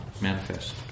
manifest